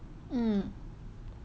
mmhmm